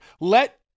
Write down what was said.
Let